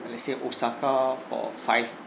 let say osaka for five